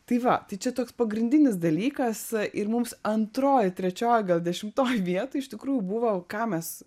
tai va tai čia toks pagrindinis dalykas ir mums antroj trečioj gal dešimtoj vietoj iš tikrųjų buvo ką mes